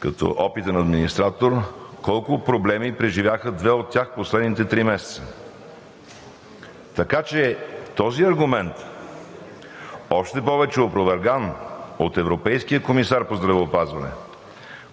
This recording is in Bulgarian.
като опитен администратор, колко проблеми преживяха две от тях в последните три месеца. Този аргумент, още повече опроверган от европейския комисар по здравеопазването,